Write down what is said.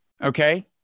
Okay